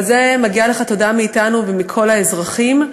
על זה מגיעה לך תודה מאתנו ומכל האזרחים.